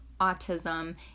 Autism